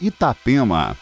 Itapema